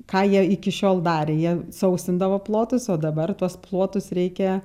ką jie iki šiol darė jie sausindavo plotus o dabar tuos plotus reikia